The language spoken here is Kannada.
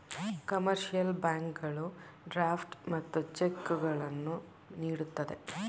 ಕಮರ್ಷಿಯಲ್ ಬ್ಯಾಂಕುಗಳು ಡ್ರಾಫ್ಟ್ ಮತ್ತು ಚೆಕ್ಕುಗಳನ್ನು ನೀಡುತ್ತದೆ